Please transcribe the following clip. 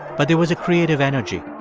but there was a creative energy.